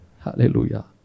Hallelujah